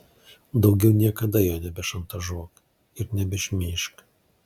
daugiau niekada jo nebešantažuok ir nebešmeižk